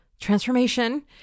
transformation